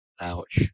ouch